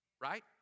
right